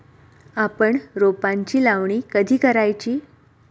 आपण रोपांची लावणी कधी करायची?